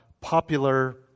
popular